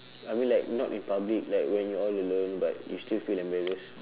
I mean like not in public like when you're all alone but you still feel embarrass